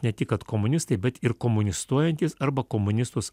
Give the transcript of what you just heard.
ne tik kad komunistai bet ir komunistuojantys arba komunistus